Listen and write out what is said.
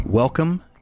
Welcome